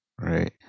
Right